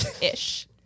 ish